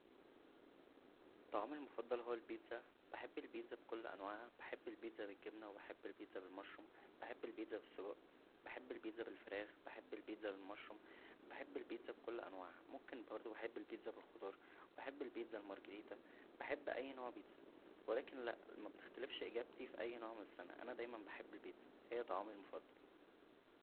طعامى المفضل هو البيتزا بحب البيتزا بكل انواعها بحب البيتزا بالجبنه وبحب البيتزا بالمشروم بحب البيتزا بالسجق بحب البيتزا بالفراخ بحب البيتزا بالمشروم بحب البيتزا بكل انواعها ممكن برضو بحب البيتزا بالخضار بحب البيتزا المرجريتا بحب اى نوع بيتزا لكن لا مبتختلفش اجابتى فى اى نوع من السنه انا دايما بحب البيتزا هى طعامى المفضل